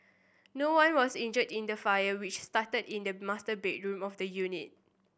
no one was injured in the fire which started in the master bedroom of the unit